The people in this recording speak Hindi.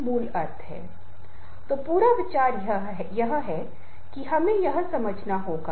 जो उनकी सोच का पालन करेंगे उनके विचार जो भी वे कह रहे हैं लोग मानेंगे